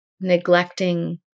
neglecting